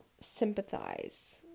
sympathize